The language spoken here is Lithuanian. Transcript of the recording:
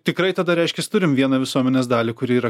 tikrai tada reiškias turim vieną visuomenės dalį kuri yra